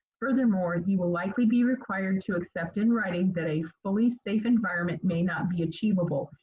furthermore, you will likely be required to accept in writing that a fully safe environment may not be achievable,